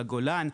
בגולן.